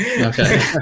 Okay